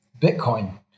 Bitcoin